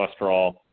cholesterol